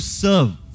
serve